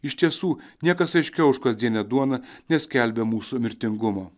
iš tiesų niekas aiškiau už kasdienę duoną neskelbia mūsų mirtingumo